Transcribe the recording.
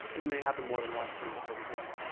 it may happen more than once during the presentation.